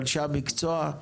לאנשי המקצוע,